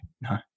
no